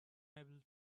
able